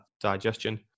digestion